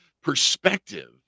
perspective